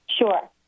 Sure